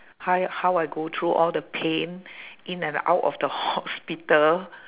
how how I go through all the pain in and out of the hospital